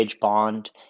bond